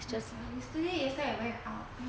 just yesterday yesterday I went out